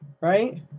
Right